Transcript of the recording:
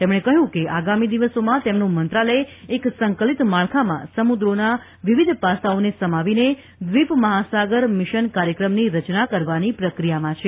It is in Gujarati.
તેમણે કહ્યું કે આગામી દિવસોમાં તેમનું મંત્રાલય એક સંકલિત માળખામાં સમુદ્રોના વિવિધ પાસાંઓને સમાવીને દ્વીપ મહાસાગર મિશન કાર્યક્રમની રચના કરવાની પ્રક્રિયામાં છે